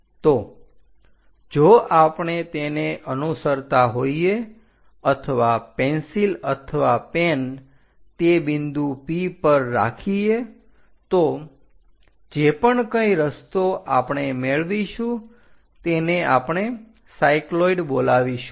તો જો આપણે તેને અનુસરતા હોઈએ અથવા પેન્સિલ અથવા પેન તે બિંદુ P પર રાખીએ તો જે પણ કંઈ રસ્તો આપણે મેળવીશું તેને આપણે સાયક્લોઈડ બોલાવીશું